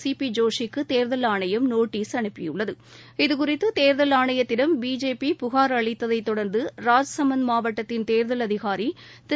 C P ஜோஷிக்கு தேர்தல் ஆணையம் நோட்டீஸ் அனுப்பியுள்ளது இதுகுறித்து தேர்தல் ஆணையத்திடம் பிஜேபி புகார் அளித்ததை தொடர்ந்து ராஜ்சம்மந்த் மாவட்டத்தின் தேர்தல் அதிகாரி திரு